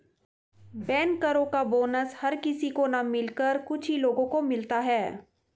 बैंकरो का बोनस हर किसी को न मिलकर कुछ ही लोगो को मिलता है